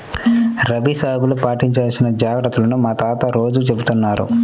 రబీ సాగులో పాటించాల్సిన జాగర్తలను మా తాత రోజూ చెబుతున్నారు